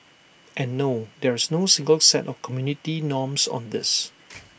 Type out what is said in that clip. and no there is no single set of community norms on this